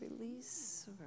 release